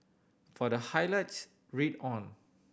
for the highlights read on